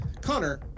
Connor